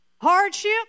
Hardship